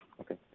Okay